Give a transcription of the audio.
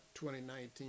2019